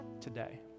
today